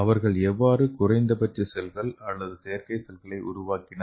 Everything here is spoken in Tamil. அவர்கள் எவ்வாறு குறைந்தபட்ச செல்கள் அல்லது செயற்கை செல்களை உருவாக்கினார்கள்